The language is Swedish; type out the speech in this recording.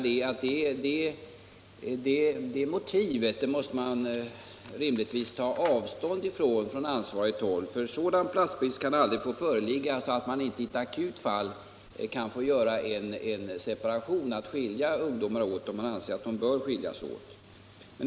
Det motivet måste man rimligtvis ta avstånd ifrån på ansvarigt håll. Sådan platsbrist kan aldrig få föreligga att man inte i ett akut fall kan göra en separation, skilja ungdomar åt som man anser bör skiljas åt.